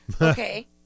Okay